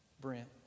Brent